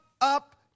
up